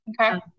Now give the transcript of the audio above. Okay